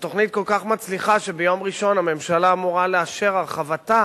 התוכנית כל כך מצליחה שביום ראשון הממשלה אמורה לאשר הרחבתה